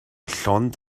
llond